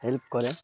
help କରେ